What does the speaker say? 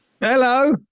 Hello